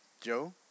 Joe